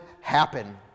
happen